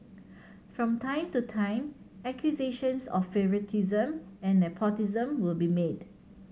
from time to time accusations of favouritism and nepotism will be made